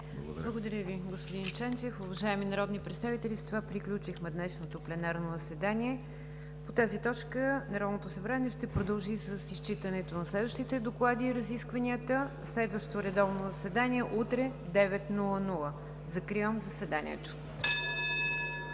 Благодаря Ви, господин Ченчев. Уважаеми народни представители, с това приключихме днешното пленарно заседание. По тази точка Народното събрание ще продължи с изчитането на следващите доклади и разискванията. Следващо редовно заседание – утре в 9,00 ч. Закривам заседанието.